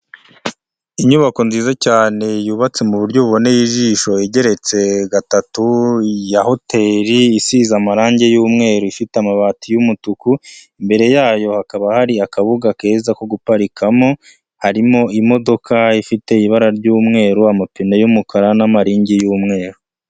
Inyubako nziza cyane yubatse mu buryo buboneye ijisho igeretse gatatu, ya hoteri isize amarange yumweru, ifite amabati y'umutuku, imbere yayo hakaba hari akabuga keza ko guparikamo, harimo imodoka ifite ibara ry'umweru, amapine y'umukara n'amaringi y'mweru.